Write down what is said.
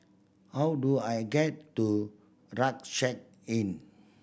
how do I get to Rucksack Inn